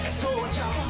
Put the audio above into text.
soldier